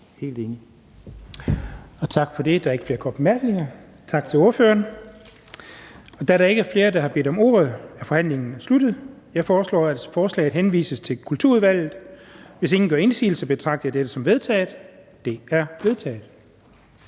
Thulesen Dahl): Tak for det. Der er ikke flere korte bemærkninger. Tak til ordføreren. Da der ikke er flere, der har bedt om ordet, er forhandlingen sluttet. Jeg foreslår, at forslaget til folketingsbeslutning henvises til Kulturudvalget. Hvis ingen gør indsigelse, betragter jeg dette som vedtaget. Det er vedtaget.